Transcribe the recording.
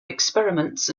experiments